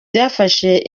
byafashe